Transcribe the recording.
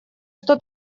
что